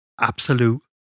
Absolute